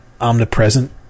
omnipresent